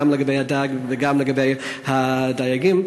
גם לגבי הדג וגם לגבי הדייגים,